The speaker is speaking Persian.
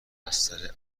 بستر